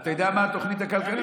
אתה יודע מה התוכנית הכלכלית?